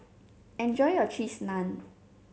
enjoy your Cheese Naan